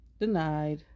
Denied